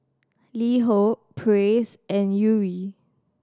LiHo Praise and Yuri